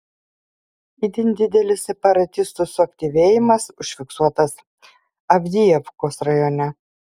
itin didelis separatistų suaktyvėjimas užfiksuotas avdijivkos rajone